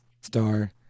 star